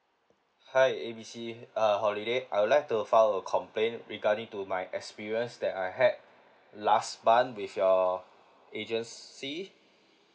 hi A B C uh holiday I would like to file a complaint regarding to my experience that I had last one with your agency